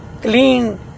clean